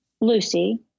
Lucy